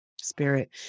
spirit